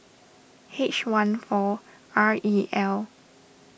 H one four R E L